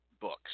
Books